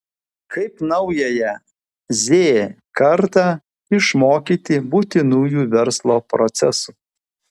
kaip naująją z kartą išmokyti būtinųjų verslo procesų